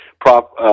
Prop